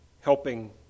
helping